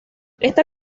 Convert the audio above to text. esta